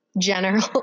general